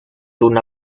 una